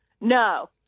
No